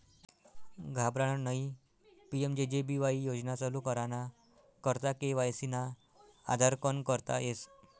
घाबरानं नयी PMJJ BY योजना चालू कराना करता के.वाय.सी ना आधारकन करता येस